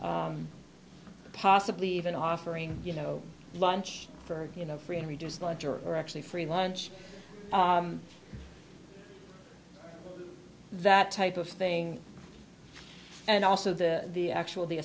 possibly even offering you know lunch for you know free and reduced lunch or actually free lunch that type of thing and also the the actual the